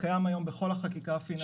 הוא קיים היום בכל החקיקה הפיננסית בארץ.